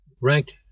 ranked